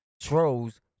trolls